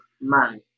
man